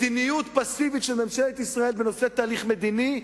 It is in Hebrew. מדיניות פסיבית של ממשלת ישראל בנושא תהליך מדיני,